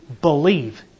believe